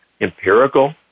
empirical